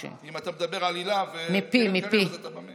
אם אתה מדבר על היל"ה וקרן קרב, אז אתה בא מהם.